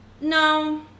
no